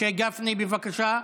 משה גפני, בבקשה.